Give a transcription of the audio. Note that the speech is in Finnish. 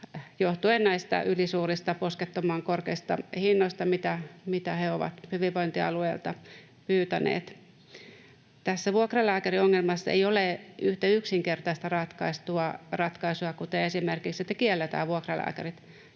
johtuen näistä ylisuurista, poskettoman korkeista hinnoista, mitä he ovat hyvinvointialueilta pyytäneet. Tässä vuokralääkäriongelmassa ei ole yhtä yksinkertaista ratkaisua, kuten esimerkiksi että kielletään vuokralääkärit.